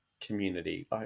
community